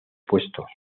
puestos